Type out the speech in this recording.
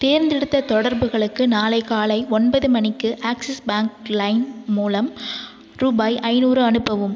தேர்ந்தெடுத்த தொடர்புகளுக்கு நாளை காலை ஒன்பது மணிக்கு ஆக்ஸிஸ் பேங்க் லைம் மூலம் ரூபாய் ஐநூறு அனுப்பவும்